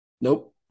Nope